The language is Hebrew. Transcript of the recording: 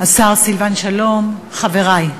השר סילבן שלום, חברי,